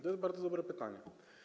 To jest bardzo dobre pytanie.